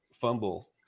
fumble